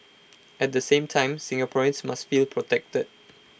at the same time Singaporeans must feel protected